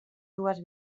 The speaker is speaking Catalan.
dues